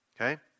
Okay